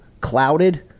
clouded